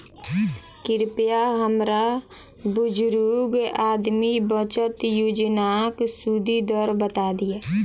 कृपया हमरा बुजुर्ग आदमी बचत योजनाक सुदि दर बता दियऽ